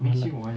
I like